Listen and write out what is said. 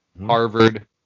Harvard